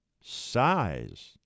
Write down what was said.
Size